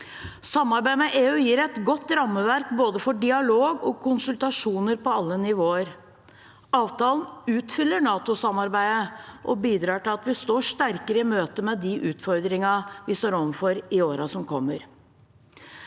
Sam arbeid med EU gir et godt rammeverk både for dialog og konsultasjoner på alle nivåer. Avtalen utfyller NATOsamarbeidet og bidrar til at vi står sterkere i møte med de utfordringene vi står overfor i årene som kommer.